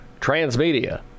Transmedia